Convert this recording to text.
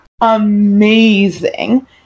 amazing